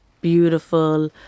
beautiful